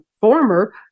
former